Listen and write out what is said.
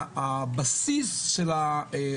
דרך אגב,